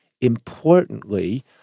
importantly